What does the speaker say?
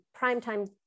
primetime